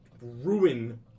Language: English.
ruin